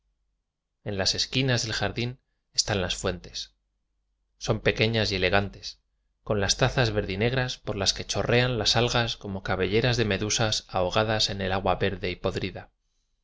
en las esquinas del jardín están las fuentes son pequeñas y elegantes con las tazas verdinegras por las que chorrean las algas como cabelleras de medusas ahogadas en el agua verde y podrida